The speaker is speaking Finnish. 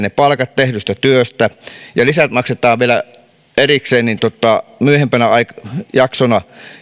ne palkat tehdystä työstä tulevat vasta jälkikäteen ja lisät maksetaan vielä erikseen myöhempänä jaksona